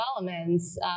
developments